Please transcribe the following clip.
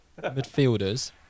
midfielders